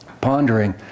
pondering